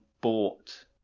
bought